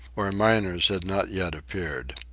where miners had not yet appeared.